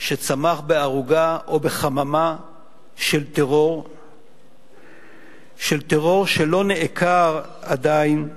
שצמח בערוגה או בחממה של טרור שלא נעקר עדיין מיסודו.